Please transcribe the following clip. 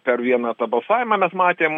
per vieną tą balsavimą mes matėm